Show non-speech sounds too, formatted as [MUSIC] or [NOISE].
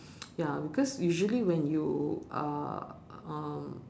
[NOISE] ya because usually when you uh um